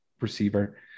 receiver